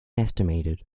estimated